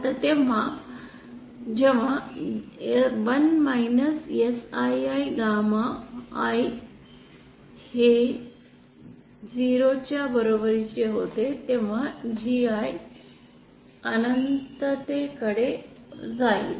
आता जेव्हा 1 Sii gamma I हे 0 च्या बरोबरीचे होते तेव्हा GI अनंततेकडे जाईल